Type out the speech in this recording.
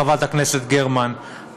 חברת הכנסת גרמן,